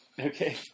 Okay